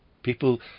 People